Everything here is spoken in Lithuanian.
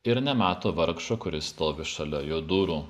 ir nemato vargšo kuris stovi šalia jo durų